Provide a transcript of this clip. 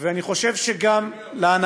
ואני מסכים אתך שבהחלטה